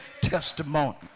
Testimony